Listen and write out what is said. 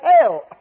hell